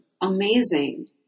Amazing